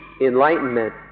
enlightenment